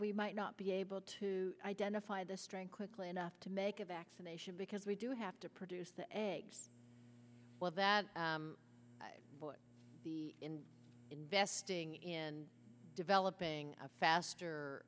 we might not be able to identify the strength quickly enough to make a vaccination because we do have to produce the eggs well that boy the in investing in developing a faster